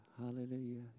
Hallelujah